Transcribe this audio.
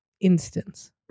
instance